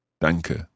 danke